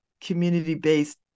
community-based